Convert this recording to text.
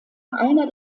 einer